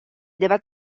debat